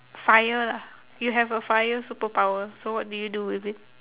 fire lah you have a fire superpower so what do you do with it